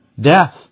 Death